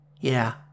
Yeah